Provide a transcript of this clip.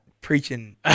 preaching